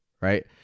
right